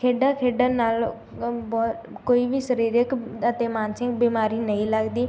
ਖੇਡਾਂ ਖੇਡਣ ਨਾਲ ਅ ਬਹੁ ਕੋਈ ਵੀ ਸਰੀਰਕ ਅਤੇ ਮਾਨਸਿਕ ਬਿਮਾਰੀ ਨਹੀਂ ਲੱਗਦੀ